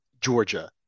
Georgia